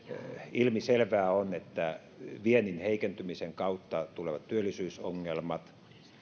ilmiselvää on että viennin heikentymisen kautta tulevat työllisyysongelmat